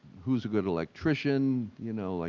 who's a good electrician, you know, like,